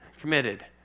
committed